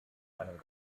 einem